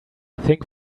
think